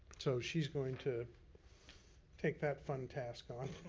so she's going to take that fun task on.